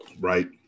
Right